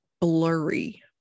blurry